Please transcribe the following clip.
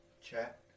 chat